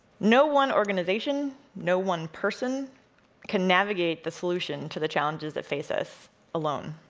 no one organization, no one person can navigate the solution to the challenges that face us alone.